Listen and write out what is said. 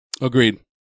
Agreed